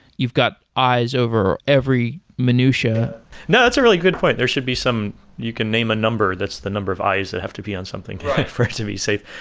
you've got eyes over every minutia no, that's a really good point. there should be some you can name a number, that's the number of eyes that have to be on something for it to be safe.